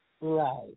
Right